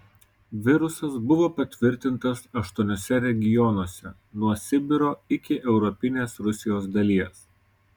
virusas buvo patvirtintas aštuoniuose regionuose nuo sibiro iki europinės rusijos dalies